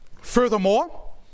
Furthermore